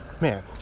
Man